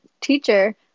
teacher